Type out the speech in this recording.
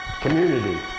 community